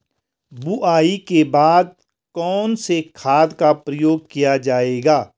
बुआई के बाद कौन से खाद का प्रयोग किया जायेगा?